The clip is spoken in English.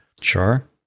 Sure